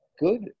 good